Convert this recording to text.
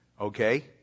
Okay